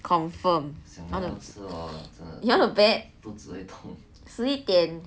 confirm you want to bet 十一点